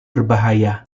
berbahaya